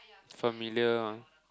familiar ah